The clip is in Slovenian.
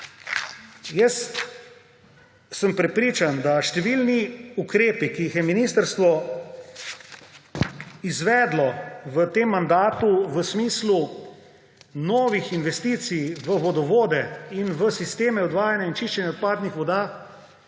Jaz sem prepričan, da številni ukrepi, ki jih je ministrstvo izvedlo v tem mandatu v smislu novih investicij v vodovode in v sisteme odvajanja in čiščenja odpadnih voda